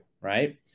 right